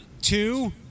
two